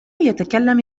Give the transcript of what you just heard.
يتكلم